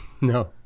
No